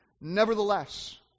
Nevertheless